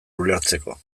ulertzeko